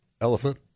elephant